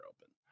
open